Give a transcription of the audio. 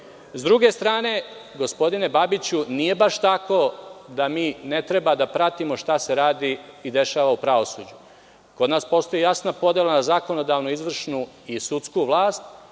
druge strane, gospodine Babiću, nije baš tako da mi ne treba da pratimo šta se radi i dešava u pravosuđu. Kod nas postoji jasna podela na zakonodavnu, izvršnu i sudsku vlast.